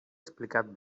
explicat